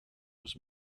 was